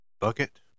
bucket